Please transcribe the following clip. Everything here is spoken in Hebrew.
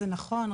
זה נכון,